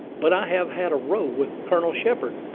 but i have had a row with colonel shepard,